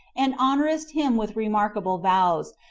and honoredst him with remarkable vows,